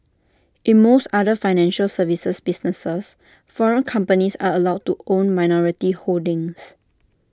in most other financial services businesses foreign companies are allow to own minority holdings